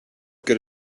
good